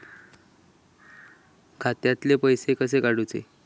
खात्यातले पैसे कसे काडूचे?